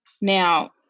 now